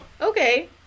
Okay